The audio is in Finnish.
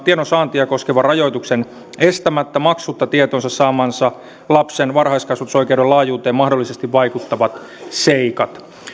tiedonsaantia koskevien rajoitusten estämättä maksutta tietoonsa saamansa lapsen varhaiskasvatusoikeuden laajuuteen mahdollisesti vaikuttavat seikat